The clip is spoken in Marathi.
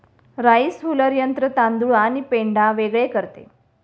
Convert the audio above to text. राइस हुलर यंत्र तांदूळ आणि पेंढा वेगळे करते